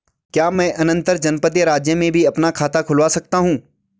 क्या मैं अंतर्जनपदीय राज्य में भी अपना खाता खुलवा सकता हूँ?